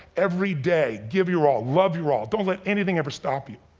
every day, give your all, love your all. don't let anything ever stop you.